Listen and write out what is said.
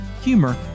humor